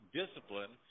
discipline